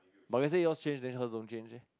but let say yours change then hers don't change leh